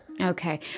Okay